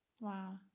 Wow